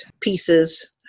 pieces